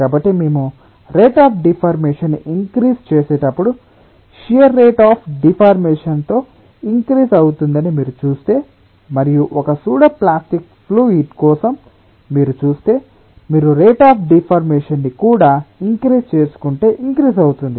కాబట్టి మేము rate of deformation ని ఇంక్రీస్ చేసేటప్పుడు షియర్ రేట్ అఫ్ డిఫార్మేషన్ తో ఇంక్రీస్ అవుతుందని మీరు చూస్తే మరియు ఒక సూడోప్లాస్టిక్ ఫ్లూయిడ్ కోసం మీరు చూస్తే మీరు రేట్ అఫ్ డిఫార్మేషన్ ని కూడా ఇంక్రీస్ చేసుకుంటే ఇంక్రీస్ అవుతుంది